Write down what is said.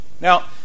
Now